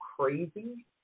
crazy